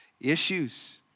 issues